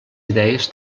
idees